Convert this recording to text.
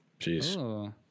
Jeez